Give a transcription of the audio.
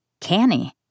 canny